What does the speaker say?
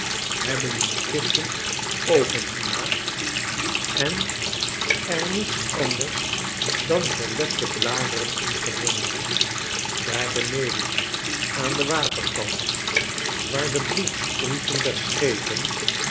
hebben die kisten opengemaakt en er niets anders dan verlepte bladeren in gevonden daar beneden aan den waterkant waar de boegsprieten der schepen